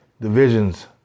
divisions